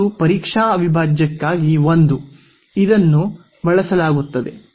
ಇದು ಮಾದರಿ ಅವಿಭಾಜ್ಯಕ್ಕಾಗಿ - I ಇದನ್ನು ಅಲ್ಲಿ ಬಳಸಲಾಗುತ್ತದೆ